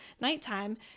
nighttime